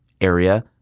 area